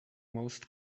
most